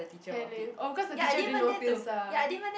hand in oh cause the teacher didn't notice ah